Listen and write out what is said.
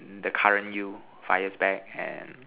the current you five years back and